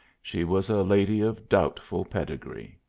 she was a lady of doubtful pedigree.